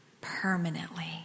permanently